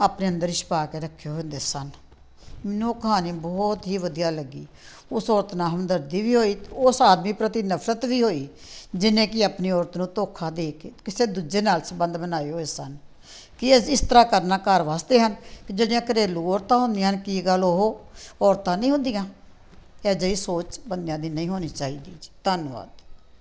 ਆਪਣੇ ਅੰਦਰ ਛੁਪਾ ਕੇ ਰੱਖੇ ਹੋਏ ਹੁੰਦੇ ਸਨ ਮੈਨੂੰ ਉਹ ਕਹਾਣੀ ਬਹੁਤ ਹੀ ਵਧੀਆ ਲੱਗੀ ਉਸ ਔਰਤ ਨਾਲ ਹਮਦਰਦੀ ਵੀ ਹੋਈ ਉਸ ਆਦਮੀ ਪ੍ਰਤੀ ਨਫ਼ਰਤ ਵੀ ਹੋਈ ਜਿਹਨੇ ਕਿ ਆਪਣੀ ਔਰਤ ਨੂੰ ਧੋਖਾ ਦੇ ਕੇ ਕਿਸੇ ਦੂਜੇ ਨਾਲ ਸੰਬੰਧ ਬਣਾਏ ਹੋਏ ਸਨ ਕਿ ਇਹ ਇਸ ਤਰ੍ਹਾਂ ਕਰਨਾ ਘਰ ਵਾਸਤੇ ਹਨ ਕਿ ਜਿਹੜੀਆਂ ਘਰੇਲੂ ਔਰਤਾਂ ਹੁੰਦੀਆਂ ਹਨ ਕੀ ਗੱਲ ਉਹ ਔਰਤਾਂ ਨਹੀਂ ਹੁੰਦੀਆਂ ਅਜਿਹੀ ਸੋਚ ਬੰਦਿਆਂ ਦੀ ਨਹੀਂ ਹੋਣੀ ਚਾਹੀਦੀ ਜੀ ਧੰਨਵਾਦ